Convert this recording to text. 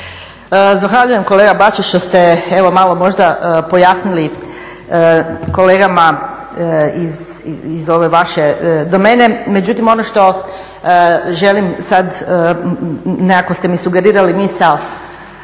Zahvaljujem kolega Bačić što ste evo malo možda pojasnili kolegama do mene. Međutim, ono što želim sad, nekako ste mi sugerirali misao,